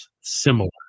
similar